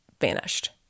vanished